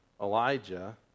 Elijah